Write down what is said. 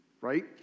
right